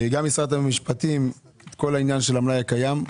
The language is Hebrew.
גם משרד המשפטים, כל העניין של המלאי הקיים.